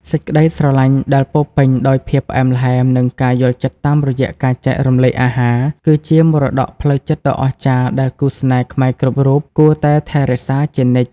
សេចក្ដីស្រឡាញ់ដែលពោរពេញដោយភាពផ្អែមល្ហែម និងការយល់ចិត្តតាមរយៈការចែករំលែកអាហារ គឺជាមរតកផ្លូវចិត្តដ៏អស្ចារ្យដែលគូស្នេហ៍ខ្មែរគ្រប់រូបគួរតែថែរក្សាជានិច្ច។